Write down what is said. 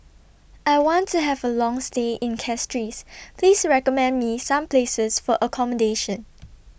I want to Have A Long stay in Castries Please recommend Me Some Places For accommodation